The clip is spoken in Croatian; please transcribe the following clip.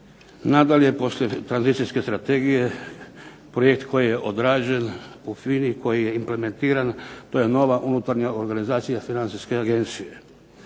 Nadalje poslije tranzicijske strategije projekt koji je odrađen u FINA-i, koji je implementiran, to je nova unutarnja organizacija Financijske agencije.